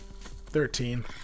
Thirteen